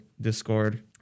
Discord